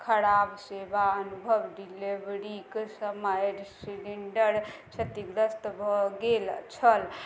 खराब सेवा अनुभव डिलीवरीक समय सिलेंडर क्षतिग्रस्त भऽ गेल छल